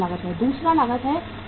दूसरा है लागत को संभालना